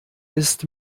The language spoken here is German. ist